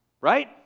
right